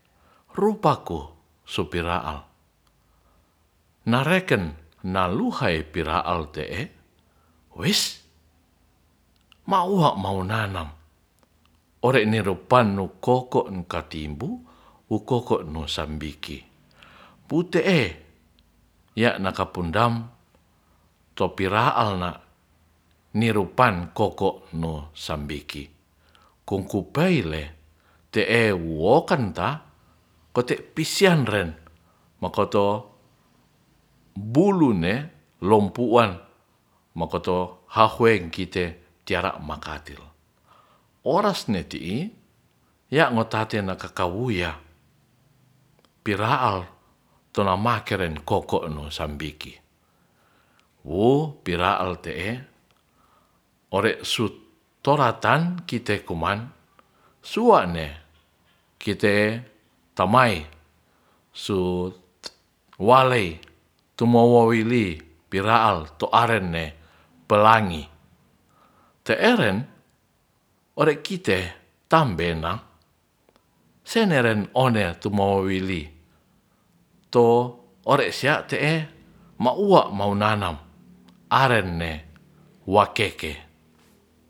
Rupako sopiraal nareken naluhai piraal te e wis mauho maunanam ore nirupan nu koko katimbu ukoko no sambiki pute e ya nakapundam topi raal na nirupan koko no sambiki kukupeile wokan ta kote pisanren mokoto bulu ne lompuan hahoeng kite riara makatil oras ni ti i ya motate na piraal tora makerenkoko no sambiki wo piraal te e ore sut toratan kite kuman suane kitetamae su walei tumowowili piraal to arenne pelangi te eren ore kite tambena seneren one tumowili to ore sia te'e maua munanam aren ne wakeke